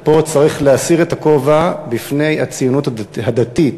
ופה צריך להסיר את הכובע בפני הציונות הדתית.